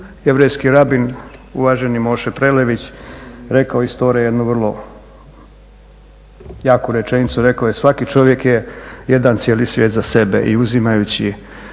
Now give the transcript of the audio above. jevrejski rabin, uvaženi Moše Prelević rekao istore jednu vrlo jaku rečenicu rekao je "Svaki čovjek je jedan cijeli svijet za sebe. I uzimajući